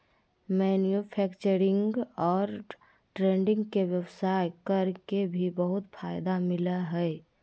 manufacturing और trading के व्यवसाय कर के भी बहुत फायदा मिलय हइ